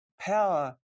Power